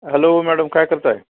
hello madam काय करताय